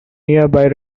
nearby